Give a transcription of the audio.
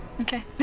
Okay